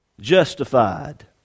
justified